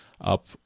up